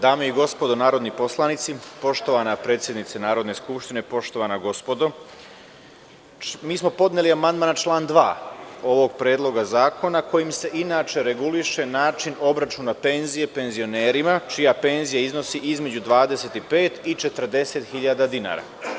Dame i gospodo narodni poslanici, poštovana predsednice Narodne skupštine, poštovana gospodo, mi smo podneli amandman na član 2. ovog Predloga zakona kojim se inače reguliše način obračuna penzija penzionerima čija penzija iznosi između 25.000 i 40.000 dinara.